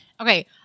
Okay